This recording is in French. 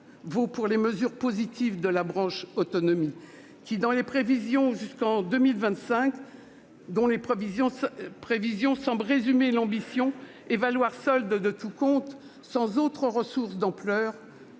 vaut pour les mesures positives de la branche autonomie : les prévisions jusqu'en 2025 semblent résumer l'ambition et valoir solde de tout compte, sans autres ressources d'ampleur.